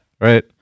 Right